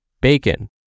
bacon